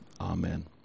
Amen